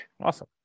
Awesome